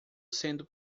sendo